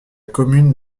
commune